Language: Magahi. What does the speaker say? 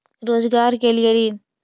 रोजगार के लिए ऋण?